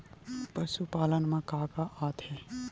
पशुपालन मा का का आथे?